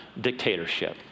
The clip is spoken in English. dictatorship